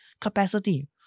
Capacity